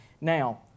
Now